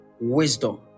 wisdom